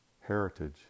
heritage